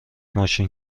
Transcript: ماشین